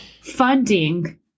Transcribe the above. funding